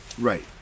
Right